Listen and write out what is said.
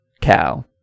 cow